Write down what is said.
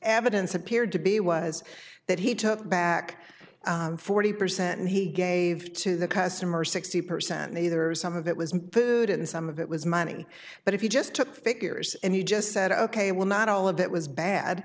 evidence appeared to be was that he took back forty percent and he gave to the customer sixty percent neither some of it was good and some of it was money but if you just took figures and you just said ok well not all of it was bad